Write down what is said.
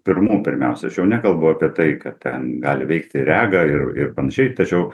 pirmų pirmiausia aš jau nekalbu apie tai kad ten gali veikti regą ir ir panašiai tačiau